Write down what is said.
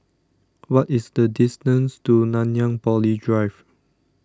what is the distance to Nanyang Poly Drive